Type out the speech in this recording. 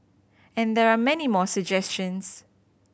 and there are many more suggestions